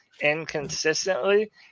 inconsistently